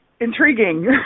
intriguing